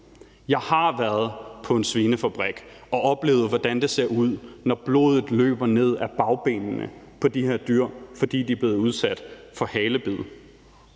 Jeg har været på en svinefabrik og oplevet, hvordan det ser ud, når blodet løber ned af bagbenene på de her dyr, fordi de er blevet udsat for halebid.